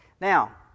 Now